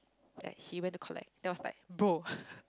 like he went to collect then I was like bro